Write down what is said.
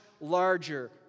larger